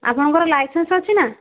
ଆପଣଙ୍କର ଲାଇସେନ୍ସ ଅଛି ନା